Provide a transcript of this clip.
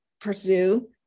pursue